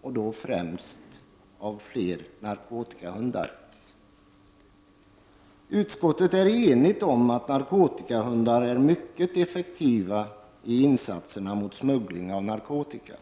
och då främst behovet av fler narkotikahundar. Utskottet är enigt om att narkotikahundarna är mycket effektiva i insatserna mot smugglingen av narkotika.